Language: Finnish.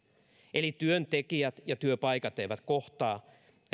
eli työntekijät ja työpaikat eivät kohtaa